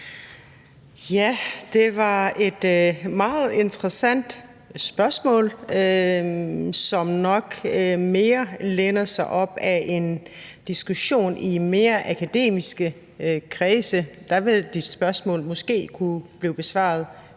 Det var et meget interessant spørgsmål, som nok mere læner sig op ad en diskussion i mere akademiske kredse. Der vil dit spørgsmål måske kunne blive besvaret,